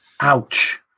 Ouch